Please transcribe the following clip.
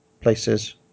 places